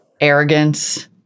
arrogance